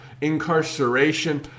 incarceration